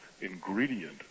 ingredient